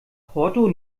porto